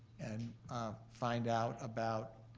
and ah find out about,